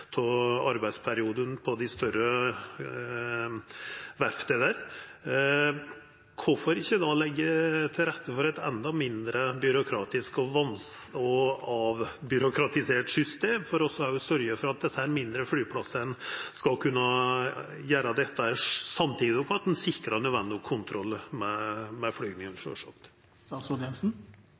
arbeidsperioden på dei større verfta. Kvifor ikkje leggja til rette for eit enda mindre byråkratisk og avbyråkratisert system for å sørgja for at også desse mindre flyplassane skal kunne gjera dette samtidig som ein sikrar nødvendig kontroll med flyginga,